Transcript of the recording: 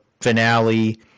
finale